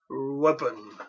weapon